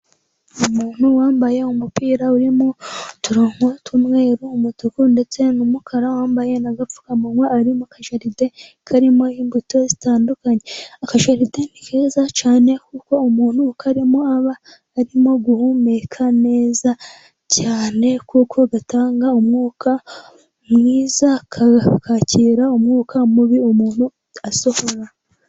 Umuntu wambaye umupira urimo uturongo tw'umweru, n'umutuku ,ndetse n'umukara, wambaye n'agapfukamunwa ari mu kajaride karimo imbuto zitandukanye ,akajaride keza cyane, kuko umuntu ukarimo aba arimo guhumeka neza cyane, kuko gatanga umwuka mwiza kakakira umwuka mubi umuntu asohora.